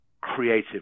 creative